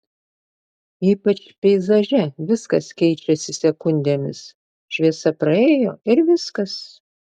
ypač peizaže viskas keičiasi sekundėmis šviesa praėjo ir viskas